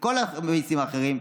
כל הבייסים האחרים.